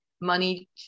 money